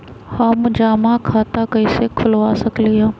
हम जमा खाता कइसे खुलवा सकली ह?